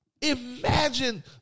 Imagine